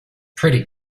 pretty